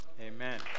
Amen